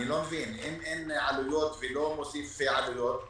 אם אין עלויות ואין עלויות נוספות,